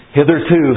hitherto